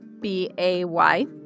B-A-Y